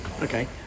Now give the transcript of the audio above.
okay